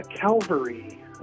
Calvary